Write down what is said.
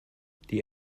die